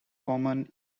common